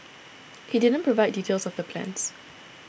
he didn't provide details of the plans